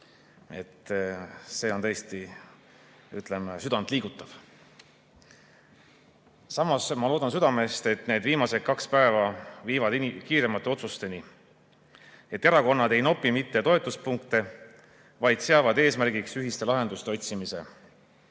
See on tõesti südantliigutav. Samas ma loodan südamest, et need viimased kaks päeva viivad kiiremate otsusteni, et erakonnad ei nopi mitte toetuspunkte, vaid seavad eesmärgiks ühiste lahenduste otsimise,